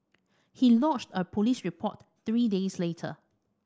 he lodged a police report three days later